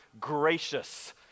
gracious